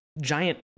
giant